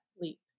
leap